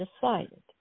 decided